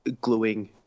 gluing